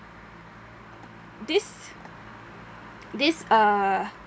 this this uh